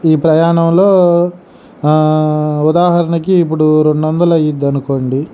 ఈ ప్రయాణంలో ఉదాహరణకి ఇప్పుడు రెండొందలు అయ్యిద్దనుకోండి